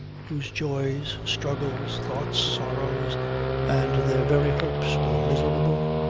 whose joys, struggles, thoughts, sorrows and their very hopes were miserable,